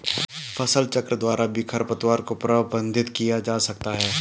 फसलचक्र द्वारा भी खरपतवार को प्रबंधित किया जा सकता है